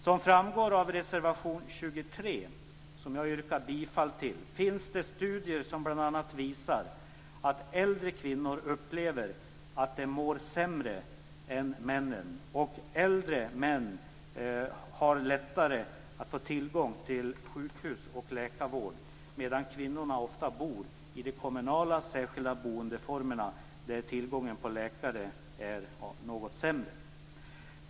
Som framgår av reservation 23, som jag yrkar bifall till, finns det studier som bl.a. visar att äldre kvinnor upplever att de mår sämre än männen och att äldre män har lättare att få tillgång till sjukhus och läkarvård, medan kvinnorna ofta bor i de kommunala särskilda boendeformerna där tillgången till läkare är något sämre.